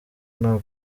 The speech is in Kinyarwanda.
nta